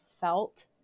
felt